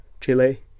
Chile